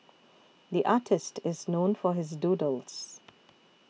the artist is known for his doodles